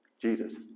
Jesus